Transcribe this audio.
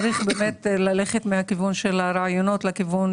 צריך באמת ללכת מהכיוון של הרעיונות לכיוון